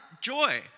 joy